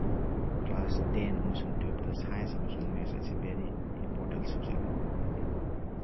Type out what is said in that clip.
class ten ꯑꯃꯁꯨꯡ ꯇꯨꯋꯦꯜꯄꯇ science ꯑꯃꯁꯨꯡ ꯃꯦꯠꯁ ꯑꯁꯤ ꯕꯦꯔꯤ ꯏꯝꯄꯣꯔꯇꯦꯟ ꯁꯕꯖꯦꯛꯅꯤ